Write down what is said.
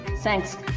Thanks